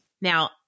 Now